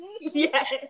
Yes